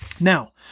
Now